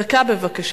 דקה, בבקשה.